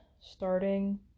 starting